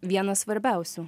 vienas svarbiausių